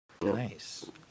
Nice